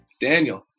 Daniel